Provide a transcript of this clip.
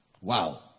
Wow